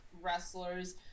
wrestlers